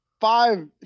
five